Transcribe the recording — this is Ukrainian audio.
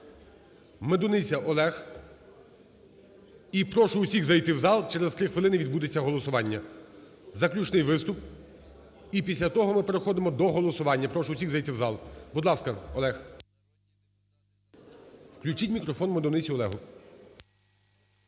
Медуниця Олег. І прошу усіх зайти в зал, через 3 хвилини відбудеться голосування. Заключний виступ, і після того ми переходимо до голосування, прошу всіх зайти в зал. Будь ласка, Олег. Включіть мікрофон Медуниці Олегу.